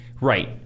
Right